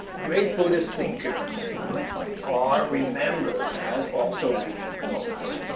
great buddhist thinkers are remembered as also being poets.